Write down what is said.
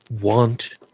want